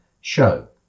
show